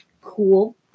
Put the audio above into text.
cool